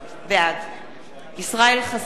בעד ישראל חסון,